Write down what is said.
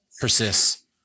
persists